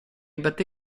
batté